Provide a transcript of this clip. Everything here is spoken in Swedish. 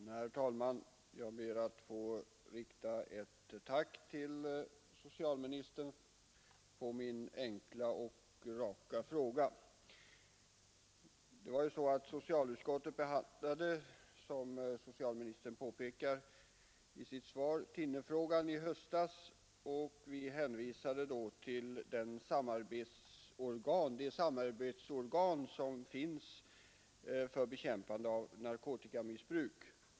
Herr talman! Jag ber att få rikta ett tack till socialministern för svaret på min enkla och raka fråga. Socialutskottet behandlade, som socialministern påpekar, thinnerfrågan i ett betänkande i höstas, och vi hänvisade då till det samarbetsorgan som fanns inom regeringen för bekämpande av narkotikamissbruk.